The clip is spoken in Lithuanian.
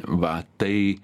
va tai